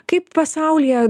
kaip pasaulyje